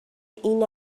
این